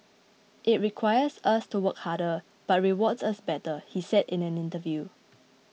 it requires us to work harder but rewards us better he said in an interview